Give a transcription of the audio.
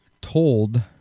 told